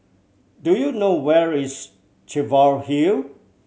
do you know where is Cheviot Hill